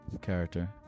character